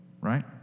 right